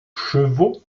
chevaux